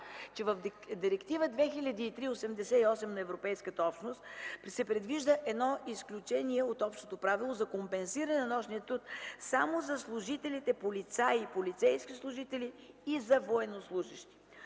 че в Директива 2003/88 на Европейската общност се предвижда едно изключение от общото правило за компенсиране на нощния труд само за полицейски служители и за военнослужещи.